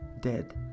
dead